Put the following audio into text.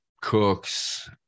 Cooks